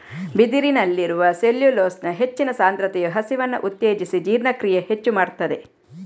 ಬಿದಿರಿನಲ್ಲಿರುವ ಸೆಲ್ಯುಲೋಸ್ನ ಹೆಚ್ಚಿನ ಸಾಂದ್ರತೆಯು ಹಸಿವನ್ನ ಉತ್ತೇಜಿಸಿ ಜೀರ್ಣಕ್ರಿಯೆ ಹೆಚ್ಚು ಮಾಡ್ತದೆ